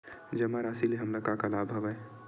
जमा राशि ले हमला का का लाभ हवय?